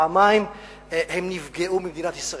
פעמיים הם נפגעו ממדינת ישראל.